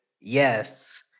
yes